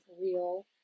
Real